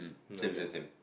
same same same